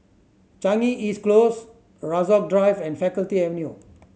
Changi East Close Rasok Drive and Faculty Avenue